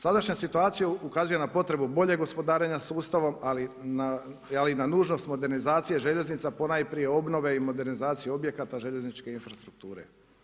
Sadašnja situacija ukazuje na potrebu boljeg gospodarenja sustavom ali na nužnost modernizacije željeznica ponajprije obnove i modernizacije objekata željezničke infrastrukture.